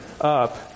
up